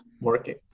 working